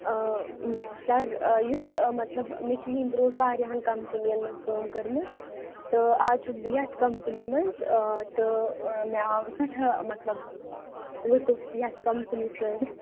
ٲں سَر یُس مطلب مےٚ چھِ ییٚمہِ برونٹھ واریاہن کَمپٕنین منز کٲم کٔرمٕژتہٕ آز چھُس بہٕ یتھ کَمپٔنی منز تہٕ مے آو سٮ۪ٹھاہ مطلب لُطف یَتھ کَمپٕنی سۭتۍ